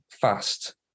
fast